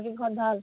বাকী ঘৰত ভাল